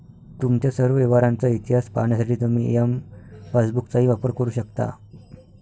तुमच्या सर्व व्यवहारांचा इतिहास पाहण्यासाठी तुम्ही एम पासबुकचाही वापर करू शकता